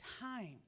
time